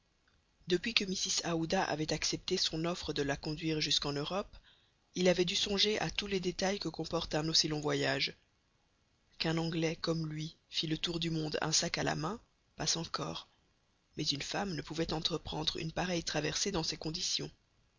depuis que mrs aouda avait accepté son offre de la conduire jusqu'en europe il avait dû songer à tous les détails que comporte un aussi long voyage qu'un anglais comme lui fît le tour du monde un sac à la main passe encore mais une femme ne pouvait entreprendre une pareille traversée dans ces conditions